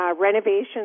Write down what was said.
renovations